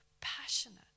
passionate